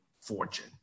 fortune